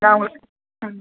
நான் உங்களுக்கு ம்